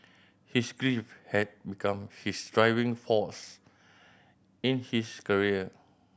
his grief had become his driving force in his career